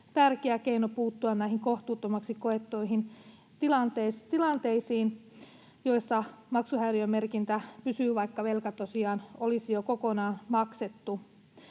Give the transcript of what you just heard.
tärkeä keino puuttua näihin kohtuuttomiksi koettuihin tilanteisiin, joissa maksuhäiriömerkintä pysyy, vaikka velka tosiaan olisi jo kokonaan maksettu.